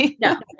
No